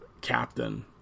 captain